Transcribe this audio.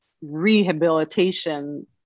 rehabilitation